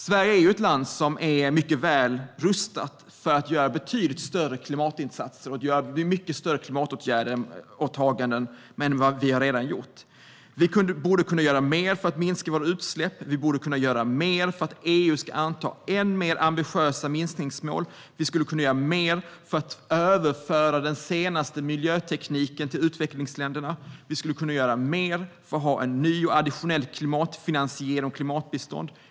Sverige är ett land som är väl rustat för att göra betydligt större klimatinsatser och klimatåtaganden än vi redan har gjort. Vi borde kunna göra mer för att minska våra utsläpp, och vi borde kunna göra mer för att EU ska anta än mer ambitiösa minskningsmål. Vi skulle kunna göra mer för att överföra den senaste miljötekniken till utvecklingsländerna. Vi skulle kunna göra mer för ny och additionell klimatfinansiering av klimatbistånd.